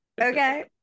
Okay